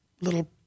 little